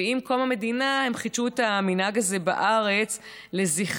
ועם קום המדינה הם חידשו את המנהג הזה בארץ לזכרה.